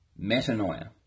metanoia